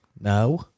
No